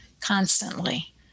constantly